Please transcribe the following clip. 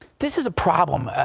this is a problem.